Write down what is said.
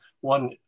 one